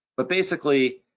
but basically